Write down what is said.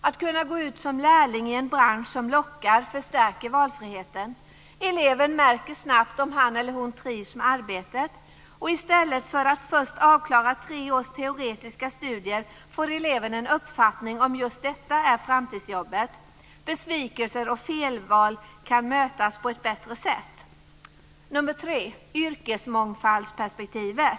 Att kunna gå ut som lärling i en bransch som lockar förstärker valfriheten. Eleven märker snabbt om han eller hon trivs med arbetet. I stället för att först avklara tre års teoretiska studier får eleven en uppfattning om just detta är framtidsjobbet. Besvikelser och felval kan mötas på ett bättre sätt. För det tredje gäller det yrkesmångfaldsperspektivet.